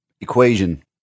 equation